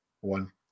One